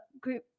group